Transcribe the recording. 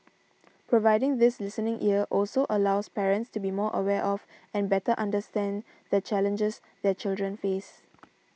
providing this listening ear also allows parents to be more aware of and better understand the challenges their children face